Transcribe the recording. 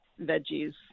veggies